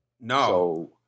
No